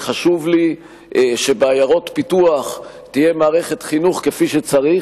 וחשוב לי שבעיירות פיתוח תהיה מערכת חינוך כפי שצריך,